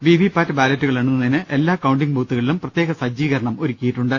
VVPAT ബാലറ്റുകൾ എണ്ണുന്നതിന് എല്ലാ കൌണ്ടിംഗ് ബൂത്തുകളിലും പ്രത്യേക സജ്ജീകരണം ഒരുക്കി യിട്ടുണ്ട്